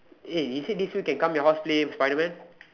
eh you said this week can come your house play Spiderman